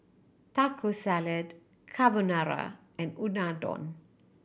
Taco Salad Carbonara and Unadon